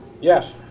Yes